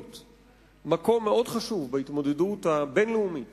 מקום מאוד חשוב בהתמודדות הבין-לאומית